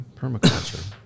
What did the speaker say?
permaculture